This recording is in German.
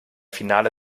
finale